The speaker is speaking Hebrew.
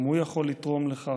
גם הוא יכול לתרום לכך,